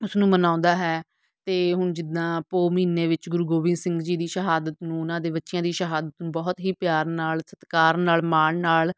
ਉਸਨੂੰ ਮਨਾਉਂਦਾ ਹੈ ਅਤੇ ਹੁਣ ਜਿੱਦਾਂ ਪੋਹ ਮਹੀਨੇ ਵਿੱਚ ਗੁਰੂ ਗੋਬਿੰਦ ਸਿੰਘ ਜੀ ਦੀ ਸ਼ਹਾਦਤ ਨੂੰ ਉਹਨਾਂ ਦੇ ਬੱਚਿਆਂ ਦੀ ਸ਼ਹਾਦਤ ਨੂੰ ਬਹੁਤ ਹੀ ਪਿਆਰ ਨਾਲ ਸਤਿਕਾਰ ਨਾਲ ਮਾਣ ਨਾਲ